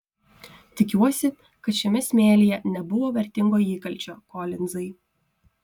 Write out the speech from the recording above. tikiuosi kad šiame smėlyje nebuvo vertingo įkalčio kolinzai